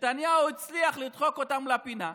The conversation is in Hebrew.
נתניהו הצליח לדחוק אותם לפינה,